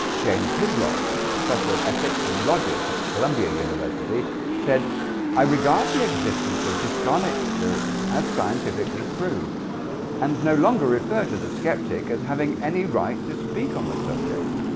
james his law professor of ethics and logic at columbia university said i regard the existence of discarnate spirits as scientifically proved and no longer refer to the skeptic as having any right to speak on the subjects